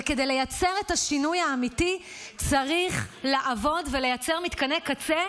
וכדי לייצר את השינוי האמיתי צריך לעבוד ולייצר מתקני קצה,